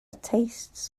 tastes